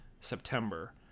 September